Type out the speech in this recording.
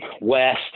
west